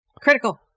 Critical